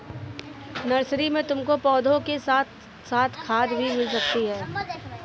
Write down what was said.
nursery में तुमको पौधों के साथ साथ खाद भी मिल सकती है